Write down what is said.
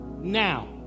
now